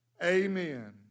Amen